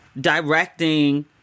directing